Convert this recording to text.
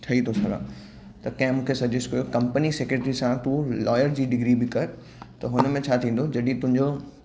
ठही थो सघां त कंहिं मूंखे सजेस्ट कयो कंपनी सेक्रेटरी सां तूं लॉयर जी डिग्री बि कर त हुनमें छा थींदो जॾहिं तुंहिंजो